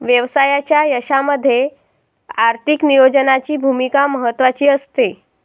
व्यवसायाच्या यशामध्ये आर्थिक नियोजनाची भूमिका महत्त्वाची असते